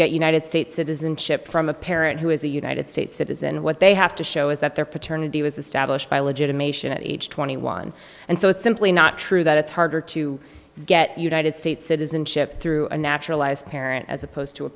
get united states citizenship from a parent who is a united states citizen what they have to show is that their paternity was established by legitimation at age twenty one and so it's simply not true that it's harder to get united states citizenship through a naturalized parent as opposed to a